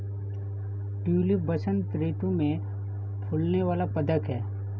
tulip बसंत ऋतु में फूलने वाला पदक है